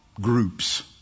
groups